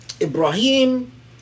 Ibrahim